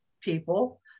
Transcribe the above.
people